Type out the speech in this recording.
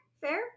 Fair